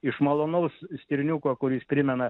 iš malonaus stirniuko kuris primena